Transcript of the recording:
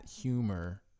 humor